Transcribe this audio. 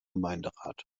gemeinderat